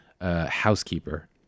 Housekeeper